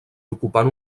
ocupant